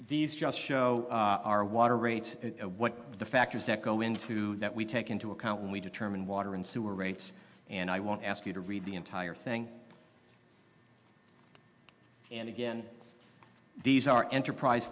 these just show our water rates what are the factors that go into that we take into account when we determine water and sewer rates and i want to ask you to read the entire thing and again these are enterprise